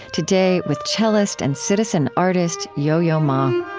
today, with cellist and citizen artist, yo-yo ma